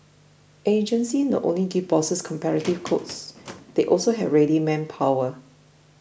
agencies not only give bosses competitive quotes they also have ready manpower